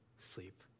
sleep